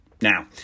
Now